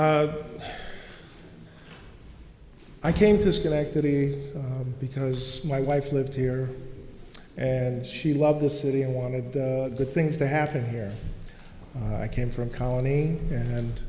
people i came to schenectady because my wife lived here and she loved the city and wanted good things to happen here i came from colony and